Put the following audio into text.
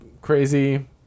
crazy